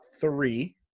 three